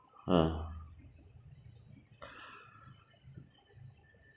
ah